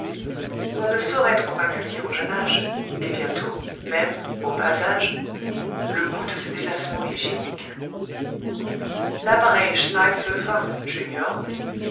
on ne saurait trop inculquer au jeune âge et bientôt même au bas âge le goût de ce délassement hygiénique l'appareil schneitzoëffer